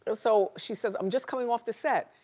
so she says, i'm just coming off the set.